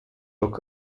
rock